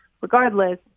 regardless